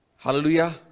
Hallelujah